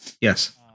yes